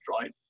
right